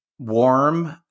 warm